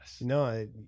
No